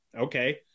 okay